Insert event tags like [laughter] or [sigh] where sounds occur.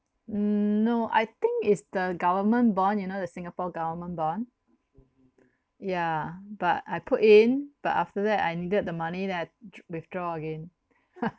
n~ no I think is the government bond you know the singapore government bond yeah but I put in but after that I needed the money then I dr~ withdraw again [laughs]